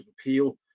appeal